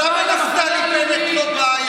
למה נפתלי בנט לא בא היום?